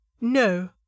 No